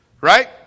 Right